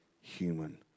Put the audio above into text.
human